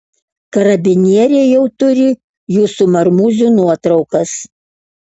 karabinieriai jau turi jūsų marmūzių nuotraukas